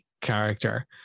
character